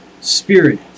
spirit